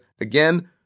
again